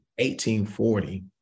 1840